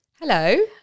hello